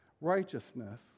righteousness